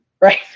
Right